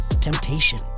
temptation